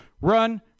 run